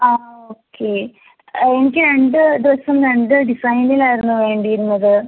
ആ ഓക്കെ എനിക്ക് രണ്ട് ഡ്രസ്സും രണ്ട് ഡിസൈനിലായിരുന്നു വേണ്ടീരുന്നത്